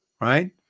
Right